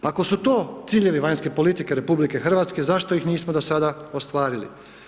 Ako su to ciljevi vanjske politike RH, zašto ih nismo do sada ostvarili?